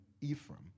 Ephraim